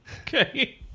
Okay